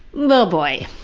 but oh boy.